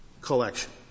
collection